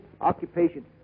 occupation